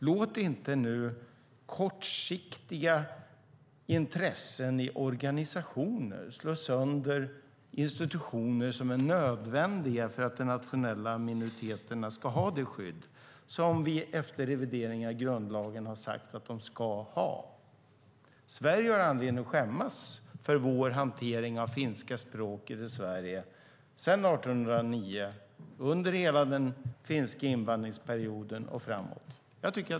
Låt nu inte kortsiktiga intressen i organisationer slå sönder institutioner som är nödvändiga för att de nationella minoriteterna ska ha det skydd som vi efter revideringar i grundlagen har sagt att de ska ha! Jag tycker att Sverige har anledning att skämmas för vår hantering av det finska språket i Sverige sedan 1809, under hela den finska invandringsperioden och framåt.